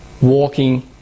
walking